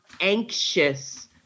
anxious